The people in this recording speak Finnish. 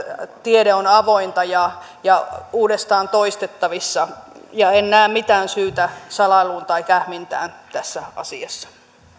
tiede on avointa ja ja uudestaan toistettavissa ja en näe mitään syytä salailuun tai kähmintään tässä asiassa